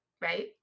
right